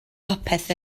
popeth